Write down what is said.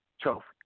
trophy